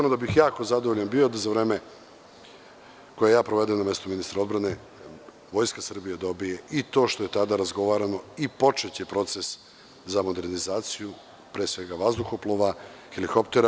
Bio bih jako zadovoljan da za vreme koje provedem na mestu ministra odbrane, Vojska Srbije dobije to što je tada razgovarano i počeće proces za modernizaciju, pre svega vazduhoplova, helikoptera.